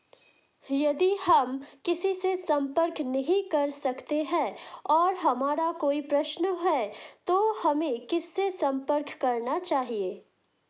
यदि हम किसी से संपर्क नहीं कर सकते हैं और हमारा कोई प्रश्न है तो हमें किससे संपर्क करना चाहिए?